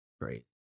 Great